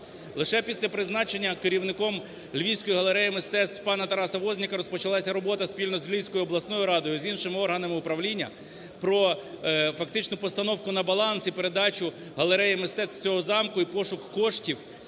Лише після призначення керівником Львівської галереї мистецтв пана Тараса Возника розпочалася робота спільно з Львівської обласною радою, з іншими органами управління про фактичну постановку на баланс і передачу галереї мистецтв цього замку і пошук коштів